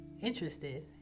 interested